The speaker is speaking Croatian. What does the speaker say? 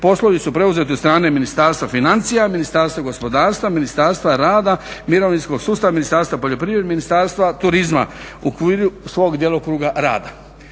poslovi su preuzeti od strane Ministarstva financija, Ministarstva gospodarstva, Ministarstva rada, mirovinskog sustava, Ministarstva poljoprivrede, Ministarstva turizma u okviru svog djelokruga rada.